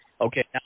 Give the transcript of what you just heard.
Okay